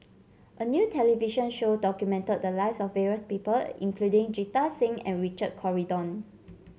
a new television show documented the lives of various people including Jita Singh and Richard Corridon